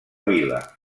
vila